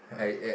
I eh